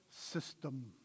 system